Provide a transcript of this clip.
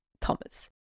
Thomas